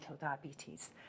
diabetes